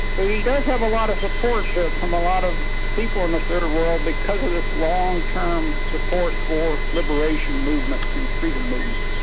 so he does have a lot of support from a lot of people in the third world because of this long-term support for liberation movements and freedom movements.